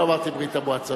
אני לא אמרתי ברית-המועצות,